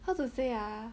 how to say ah